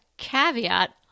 Caveat